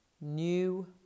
new